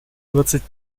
двадцать